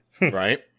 Right